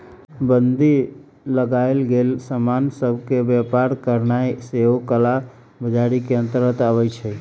बन्दी लगाएल गेल समान सभ के व्यापार करनाइ सेहो कला बजारी के अंतर्गत आबइ छै